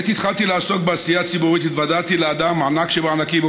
עת התחלתי לעסוק בעשייה ציבורית התוודעתי לאדם ענק שבענקים,